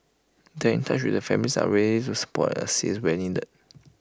they are in touch with the family are ready to support and assist where needed